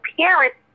parents